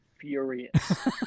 furious